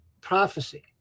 prophecy